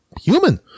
human